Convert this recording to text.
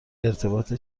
ارتباط